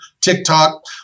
TikTok